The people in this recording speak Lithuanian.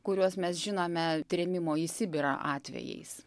kuriuos mes žinome trėmimo į sibirą atvejais